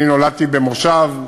אני נולדתי במושב,